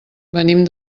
venim